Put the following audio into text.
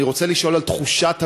אני רוצה לשאול על תחושת הביטחון.